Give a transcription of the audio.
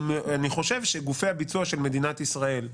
אני חושב שגופי הביצוע של מדינת ישראל,